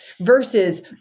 versus